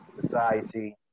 society